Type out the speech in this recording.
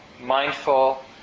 mindful